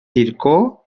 zircó